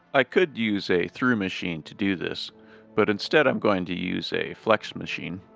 i could use a through machine to do this but instead i'm going to use a flex machine,